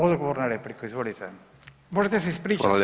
Odgovor na repliku, izvolite, možete se ispričati.